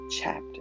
chapter